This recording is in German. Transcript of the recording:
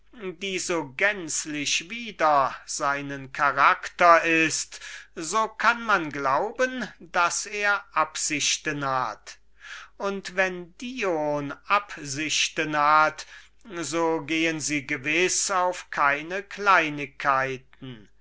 die so gänzlich wider seinen charakter ist so kann man glauben daß er absichten hat und wenn dion absichten hat so gehen sie gewiß auf keine